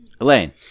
Elaine